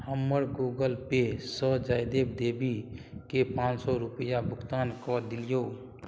हमर Google Pay सँ जयदेव देवीके पाँच सओ रुपैआ भुगतान कऽ दियौ